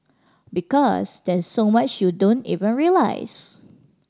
because there's so much you don't even realise